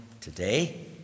today